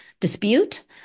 dispute